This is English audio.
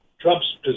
Trump's